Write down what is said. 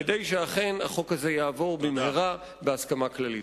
כדי שהחוק הזה יעבור במהרה ובהסכמה כללית.